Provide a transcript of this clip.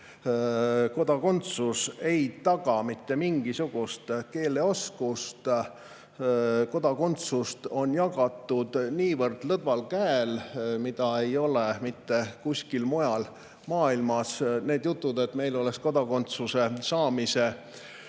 kodakondsus ei taga mitte mingisugust keeleoskust. Kodakondsust on jagatud niivõrd lõdval käel. Seda ei ole [nii tehtud] mitte kuskil mujal maailmas. Need jutud, et meil on kodakondsuse saamise